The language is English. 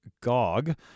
Gog